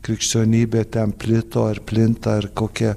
krikščionybė ten plito ar plinta ir kokie